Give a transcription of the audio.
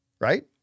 right